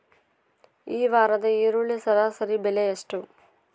ಈ ವಾರದ ಈರುಳ್ಳಿ ಸರಾಸರಿ ಬೆಲೆ ಎಷ್ಟು?